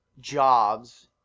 jobs